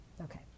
Okay